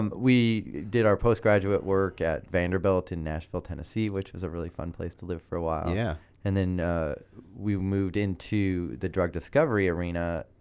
um we did our post-graduate work at vanderbilt in nashville, tennessee, which was a really fun place to live for a while yeah and then we moved into the drug discovery arena